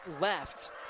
left